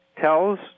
tells